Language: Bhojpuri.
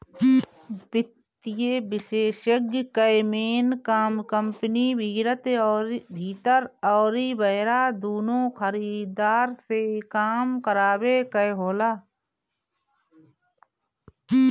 वित्तीय विषेशज्ञ कअ मेन काम कंपनी भीतर अउरी बहरा दूनो खरीदार से काम करावे कअ होला